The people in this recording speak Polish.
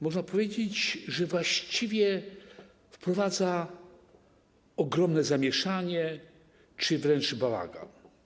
Można powiedzieć, że właściwie wprowadza ogromne zamieszanie czy wręcz bałagan.